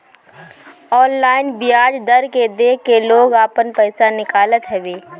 online बियाज दर के देख के लोग आपन पईसा निकालत हवे